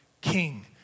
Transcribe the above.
King